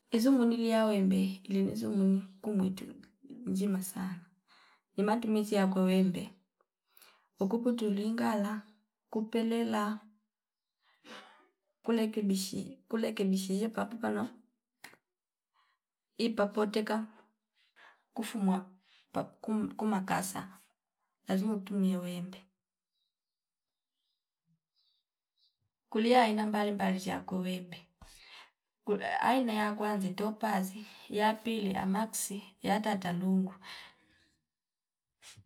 Izu munilia wembe ilinizu muni kumwitu njima sana imatumizi yakwe wembe ukuku tuli ngala kupelela kulekebishi kulekebishi ziye pampana ipa poteka kufumwa pap kuum kumakasa lazima utumie wembe. Kulia aina mbalimbali ziyako wembe kul aina ya kwanza itopazi ya pili amaxi yatata lungu